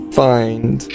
find